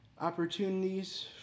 opportunities